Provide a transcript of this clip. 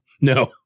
No